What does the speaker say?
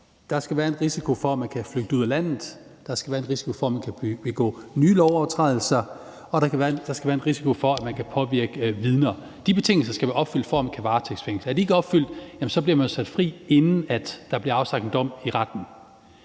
Der skal være en risiko for, at man kan flygte ud af landet, der skal være en risiko for, at man kan begå nye lovovertrædelser, og der skal være en risiko for, at man kan påvirke vidner. De betingelser skal være opfyldt, før der kan varetægtsfængsles. Er de ikke opfyldt, bliver man jo sat fri, inden der bliver afsagt en dom i retten.